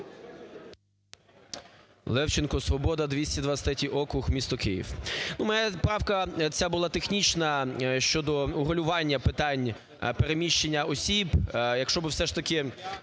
Левченко, "Свобода", 223 округ, місто Київ. Моя правка ця була технічна, щодо регулювання питань переміщення осіб,